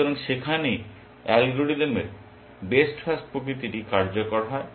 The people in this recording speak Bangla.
সুতরাং সেখানেই অ্যালগরিদমের বেস্ট ফার্স্ট প্রকৃতিটি কার্যকর হয়